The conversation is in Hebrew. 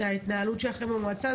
ההתנהלות שלכם במועצה,